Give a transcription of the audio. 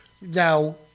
Now